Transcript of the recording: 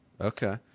Okay